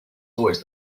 always